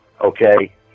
Okay